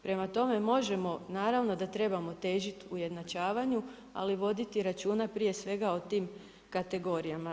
Prema tome možemo, naravno da trebamo težiti ujednačavanju, ali voditi računa prije svega o tim kategorijama.